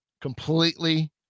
completely